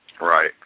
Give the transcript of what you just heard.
Right